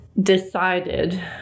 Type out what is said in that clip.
decided